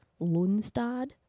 lundstad